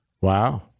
Wow